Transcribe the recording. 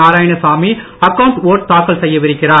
Narayanasamy account vote தாக்கல் செய்யவிருக்கிறார்